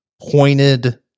pointed